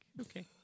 Okay